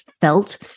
felt